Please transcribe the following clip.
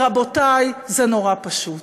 רבותיי, זה נורא פשוט: